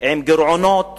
גירעונות